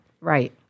Right